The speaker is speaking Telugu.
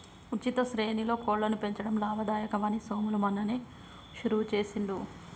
ఉచిత శ్రేణిలో కోళ్లను పెంచడం లాభదాయకం అని సోములు మొన్ననే షురువు చేసిండు